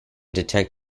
detect